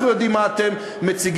אנחנו יודעים מה אתם מציגים,